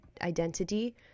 identity